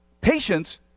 patience